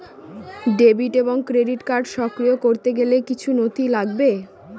Debit এবং credit card সক্রিয় করতে গেলে কিছু নথি লাগবে?